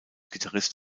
gitarrist